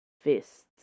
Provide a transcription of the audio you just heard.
Fists